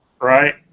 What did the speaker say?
right